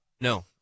No